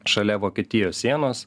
šalia vokietijos sienos